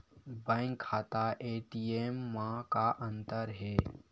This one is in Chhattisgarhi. बैंक खाता ए.टी.एम मा का अंतर हे?